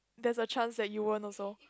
there's a chance that you won't also